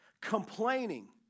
Complaining